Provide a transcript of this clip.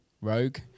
rogue